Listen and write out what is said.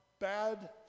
bad